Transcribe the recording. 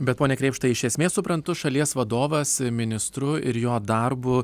bet pone krėpštai iš esmės suprantu šalies vadovas ministru ir jo darbu